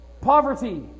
Poverty